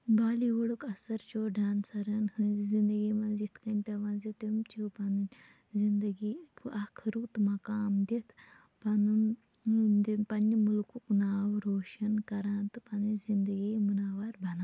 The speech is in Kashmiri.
بالی وُڈُک اثر چھُ ڈانٛسَرَن ہٕنٛزِ زِنٛدگی مَنٛز یِتھٕ کٔنۍ پیٚوان زِ تِم چھِ پَنٕنۍ زِنٛدگی اکھ رُت مَقام دِتھ پَنُن پَننہِ مُلکُک ناو روشَن کَران تہٕ پَنٕنۍ زِنٛدگی مُنَوَر بَناوان